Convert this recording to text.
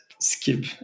skip